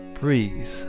Breathe